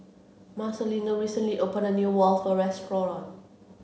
Marcelino recently opened a new Waffle Restaurant